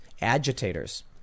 agitators